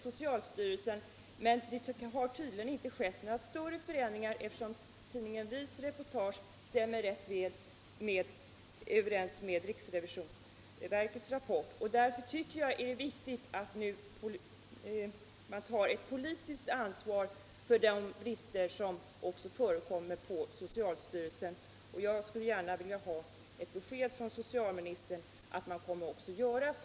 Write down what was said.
Bortsett från att marknadsföringsmetoderna är djupt kränkande och ansvarslösa står det klart att dessa mjölkersättningsmedel är direkt farliga för barnen i uländerna. De leder bl.a. till att spädbarn dör i olika infektionssjukdomar. Kommer statsrådet att i olika internationella organ, exempelvis WHO, arbeta för att denna verksamhet från livsmedelsbolagens sida stoppas?